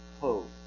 hope